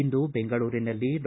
ಇಂದು ಬೆಂಗಳೂರಿನಲ್ಲಿ ಡಾ